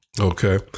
Okay